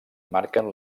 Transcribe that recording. marquen